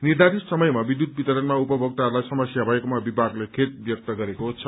निर्धारित समयमा विद्युत वितरणमा उपभोक्ताहरूलाई समस्या भएकोमा विभागले खेद व्यक्त गरेको छ